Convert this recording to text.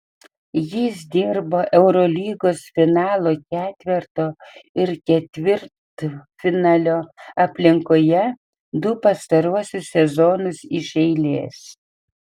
jis dirbo eurolygos finalo ketverto ir ketvirtfinalio aplinkoje du pastaruosius sezonus iš eilės